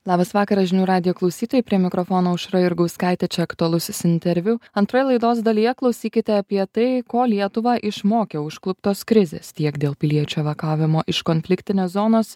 labas vakaras žinių radijo klausytojai prie mikrofono aušra jurgauskaitė čia aktualusis interviu antroje laidos dalyje klausykite apie tai ko lietuvą išmokė užkluptos krizės tiek dėl piliečių evakavimo iš konfliktinės zonos